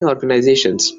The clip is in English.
organizations